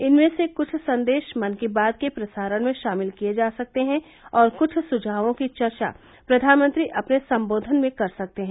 इनमें से कुछ संदेश मन की बात के प्रसारण में शामिल किए जा सकते हैं और कुछ सुझायों की चर्चा प्रधानमंत्री अपने संबोधन में कर सकते हैं